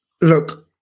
Look